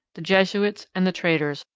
the jesuits and the traders,